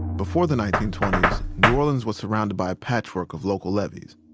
before the nineteen twenty s, new orleans was surrounded by a patchwork of local levees,